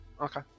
Okay